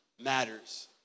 matters